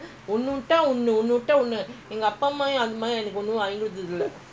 two thousand five hundred அந்த:antha phone ya my first phone I buy ah is motorola